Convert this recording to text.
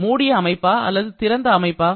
மூடிய அமைப்பா அல்லது திறந்த அமைப்பா